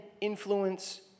influence